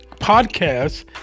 Podcast